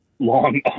long